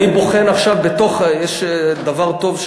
יש דבר טוב,